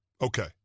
okay